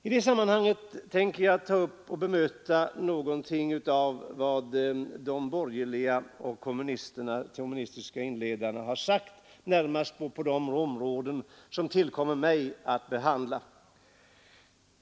I det sammanhanget tänker jag ta upp och bemöta något av vad de borgerliga och de kommunistiska inledarna har sagt, närmast då på de områden som det tillkommer mig att behandla.